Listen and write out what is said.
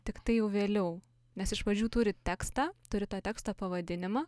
tiktai jau vėliau nes iš pradžių turit tekstą turit to teksto pavadinimą